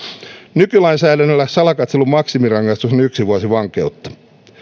nykylainsäädännöllä salakatselun maksimirangaistus on yksi vuosi vankeutta